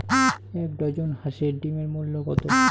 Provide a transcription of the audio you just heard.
এক ডজন হাঁসের ডিমের মূল্য কত?